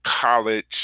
college